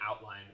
outline